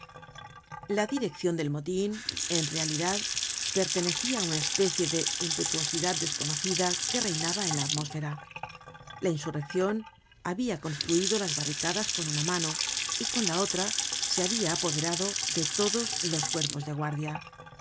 la direccion del motin en realidad pertenecia á una especie de impetuosidad desconocida que reinaba en la atmósfera la insurreccion habia construido las barricadas con una mano y con la otra se habia apoderado de todos los cuerpos de guardia en